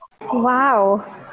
Wow